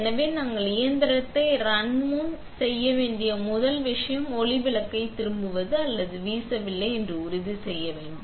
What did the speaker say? எனவே நாங்கள் இயந்திரத்தை ரன் முன் நாம் செய்ய வேண்டிய முதல் விஷயம் ஒளி விளக்கை திரும்பியது அல்லது வீசவில்லை என்று உறுதி செய்ய வேண்டும்